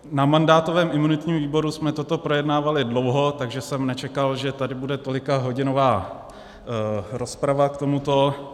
Na mandátovém a imunitním výboru jsme toto projednávali dlouho, takže jsem nečekal, že tady bude tolikahodinová rozprava k tomuto.